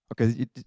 Okay